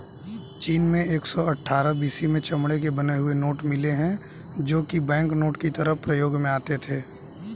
चीन में एक सौ अठ्ठारह बी.सी में चमड़े के बने हुए नोट मिले है जो की बैंकनोट की तरह प्रयोग में आते थे